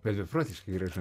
bet beprotiškai gražu